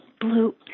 blue